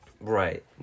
Right